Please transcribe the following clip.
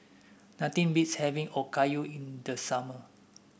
nothing beats having Okayu in the summer